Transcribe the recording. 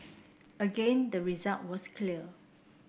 again the result was clear